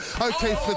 Okay